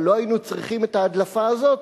אבל לא היינו צריכים את ההדלפה הזאת.